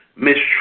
Mistrust